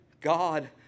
God